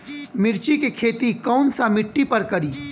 मिर्ची के खेती कौन सा मिट्टी पर करी?